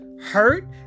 hurt